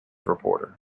reporter